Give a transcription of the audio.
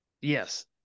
Yes